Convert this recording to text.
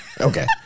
Okay